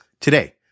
Today